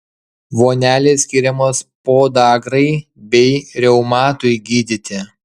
vonelės skiriamos podagrai bei reumatui gydyti